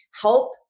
help